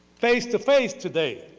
face to face today.